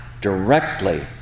directly